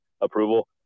approval